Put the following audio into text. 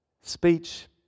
Speech